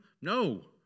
No